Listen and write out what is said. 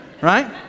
right